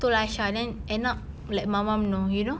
told aisha then end up like mama know you know